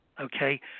okay